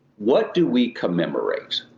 what do we commemorate?